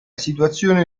situazione